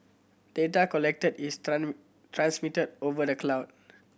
data collected is transmitted over the cloud